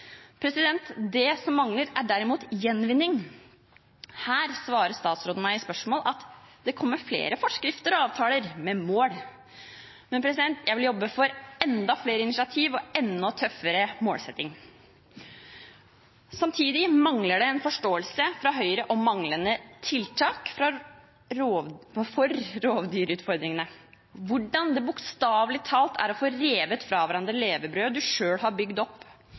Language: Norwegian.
Det som mangler, er gjenvinning. Her svarer statsråden meg at det kommer flere forskrifter og avtaler med mål. Men jeg vil jobbe for enda flere initiativ og enda tøffere målsetting. Samtidig mangler det fra Høyres side både forståelse for og tiltak for rovdyrutfordringene – hvordan det bokstavelig talt er å få revet fra hverandre levebrødet man selv har bygd opp.